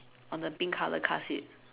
on the pink color car seat